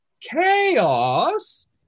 chaos